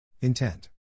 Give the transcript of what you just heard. Intent